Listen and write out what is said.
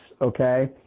okay